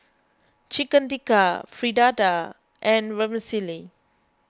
Chicken Tikka Fritada and Vermicelli